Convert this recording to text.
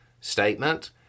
statement